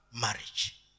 marriage